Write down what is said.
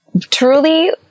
truly